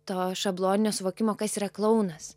to šabloninio suvokimo kas yra klounas